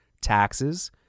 taxes